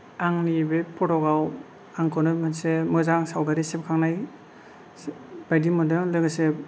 आंनि बे फट'आव आंखौनो मोनसे मोजां सावगारि सेबखांनाय बायदि मोनदों लोगोसे